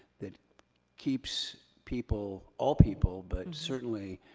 that keeps people, all people, but certainly